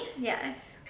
Yes